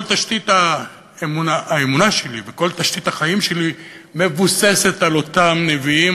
כל תשתית האמונה שלי וכל תשתית החיים שלי מבוססות על אותם נביאים,